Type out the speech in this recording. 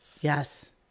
Yes